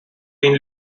been